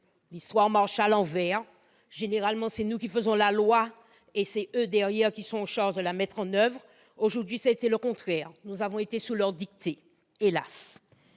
L'histoire marche à l'envers : généralement, c'est nous qui faisons la loi, et ce sont eux qui sont chargés de la mettre en oeuvre. Aujourd'hui, cela a été le contraire : nous avons été sous leur dictée, hélas !